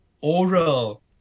oral